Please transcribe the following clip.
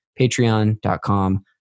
patreon.com